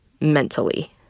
mentally